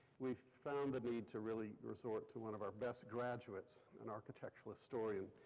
we found the need to really resort to one of our best graduates, an architectural historian,